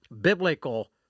biblical